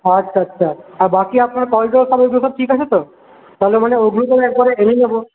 আচ্ছা আচ্ছা আচ্ছা আর বাকি আপনার করিডোর সব ওগুলো সব ঠিক আছে তো তাহলে মানে ওগুলোকে একবারে এনে নেব